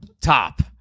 top